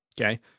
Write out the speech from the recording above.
Okay